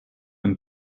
and